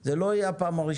על זה לא דיברתי עכשיו.